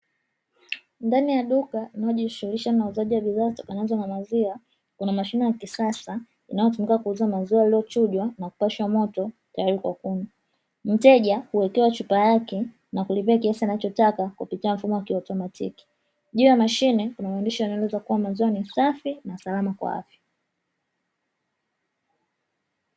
Ndani ya duka linalojishughulisha na wauzaji wa bidhaa zitokanazo na maziwa, kuna mashine ya kisasa inayotumika kuuza maziwa yaliyochujwa na kupashwa moto tayari kwa kunywa. Mteja huwekewa chupa yake na kulipia kiasi anachotaka kupitia mfumo wa kiautomatiki. Juu ya mashine kuna maandishi yanayoeleza kuwa maziwa ni safi salama kwa afya.